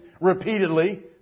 repeatedly